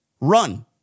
run